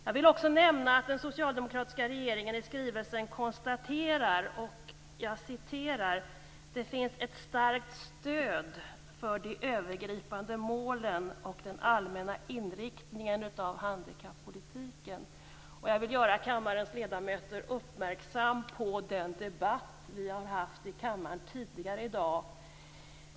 Jag vill också nämna att den socialdemokratiska regeringen i skrivelsen konstaterar följande: "Det finns ett starkt stöd för de övergripande målen och den allmänna inriktningen av handikappolitiken". Jag vill göra kammarens ledamöter uppmärksamma på den debatt vi har haft i kammaren tidigare i dag.